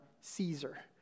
Caesar